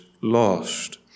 lost